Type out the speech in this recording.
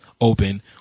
open